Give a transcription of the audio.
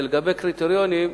לגבי קריטריונים,